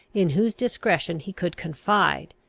in whose discretion he could confide,